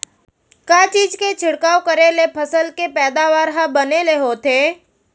का चीज के छिड़काव करें ले फसल के पैदावार ह बने ले होथे?